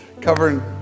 covering